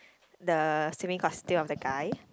the swimming costume of the guy